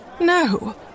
No